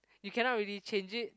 you cannot really change it